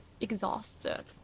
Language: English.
exhausted